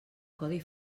codi